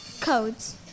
codes